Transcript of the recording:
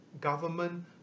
government